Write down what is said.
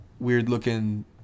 weird-looking